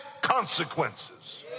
consequences